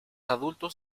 adultos